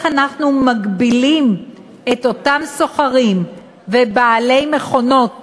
אנחנו מגבילים את אותם סוחרים ובעלי מכונות,